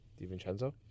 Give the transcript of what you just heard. DiVincenzo